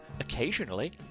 occasionally